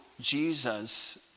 Jesus